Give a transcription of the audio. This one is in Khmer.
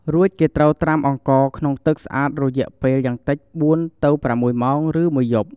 រួចគេត្រូវត្រាំអង្ករក្នុងទឹកស្អាតរយៈពេលយ៉ាងតិច ៤-៦ ម៉ោង ឬមួយយប់។